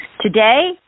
Today